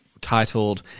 titled